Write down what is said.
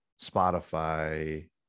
Spotify